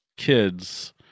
Kids